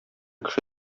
кеше